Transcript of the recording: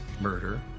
murder